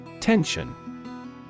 Tension